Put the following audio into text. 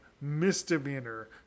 misdemeanor